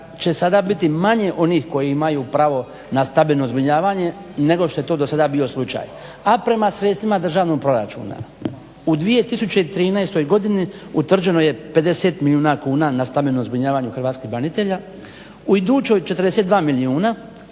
će sada biti manje onih koji imaju pravo na stambeno zbrinjavanje nego što je to do sada bio slučaj, a prema sredstvima državnog proračuna u 2013. godini utvrđeno je 50 milijuna kuna na stambenom zbrinjavanju hrvatskih branitelja, u idućoj 42 milijuna,